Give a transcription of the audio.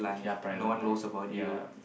ya private life ya